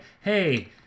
hey